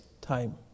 time